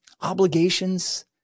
obligations